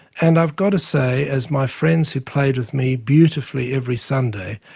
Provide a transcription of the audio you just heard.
and i've got to say, as my friends who played with me beautifully every sunday,